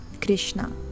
Krishna